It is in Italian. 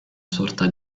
sorta